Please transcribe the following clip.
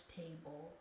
table